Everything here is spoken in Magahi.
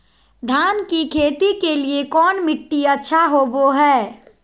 धान की खेती के लिए कौन मिट्टी अच्छा होबो है?